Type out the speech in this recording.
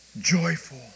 joyful